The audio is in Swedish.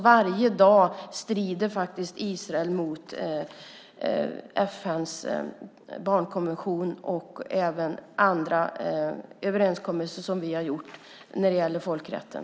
Varje dag bryter Israel mot FN:s barnkonvention och bryter mot andra överenskommelser som gäller folkrätten.